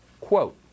Quote